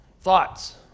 Thoughts